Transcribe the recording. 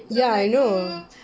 ya I know